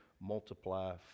multiply